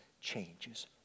changes